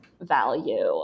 value